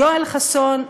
יואל חסון,